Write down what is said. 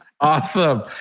Awesome